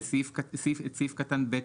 את סעיף קטן (ב)